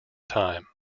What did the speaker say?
time